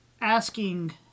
asking